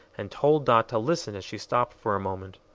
and told dot to listen as she stopped for a moment.